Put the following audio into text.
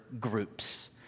groups